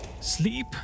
Sleep